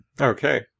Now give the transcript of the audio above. Okay